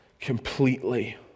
completely